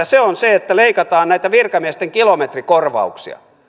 se on se että leikataan näitä virkamiesten kilometrikorvauksia